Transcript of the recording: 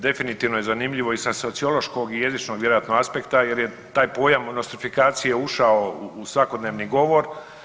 Definitivno je zanimljivo i sa sociološkog i jezičnog vjerojatno aspekta jer je taj pojam nostrifikacije ušao u svakodnevni govor.